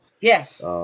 Yes